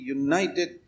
united